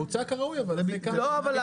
בוצע כראוי אבל --- הדייר,